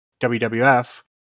WWF